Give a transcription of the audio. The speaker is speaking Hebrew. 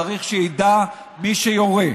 צריך שידע מי שיורה: